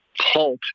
halt